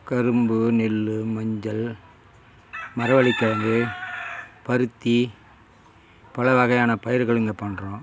கரும்பு நெல் மஞ்சள் மரவள்ளிக்கிழங்கு பருத்தி பல வகையான பயிர்கள் இங்கே பண்ணுறோம்